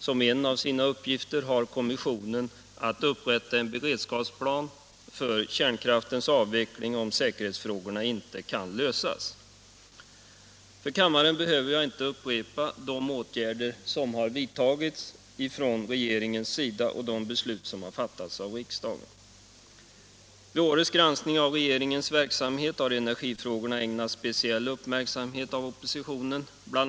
Som en av sina uppgifter har kommissionen att upprätta en beredskapsplan för kärnkraftens avveckling, om säkerhetsfrågorna inte kan lösas. För kammaren behöver jag inte upprepa de åtgärder som hittills vidtagits av regeringen och de beslut som har fattats av riksdagen. Vid årets granskning av regeringens verksamhet har energifrågorna ägnats speciell uppmärksamhet av oppositionen. BI.